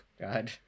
God